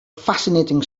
fascinating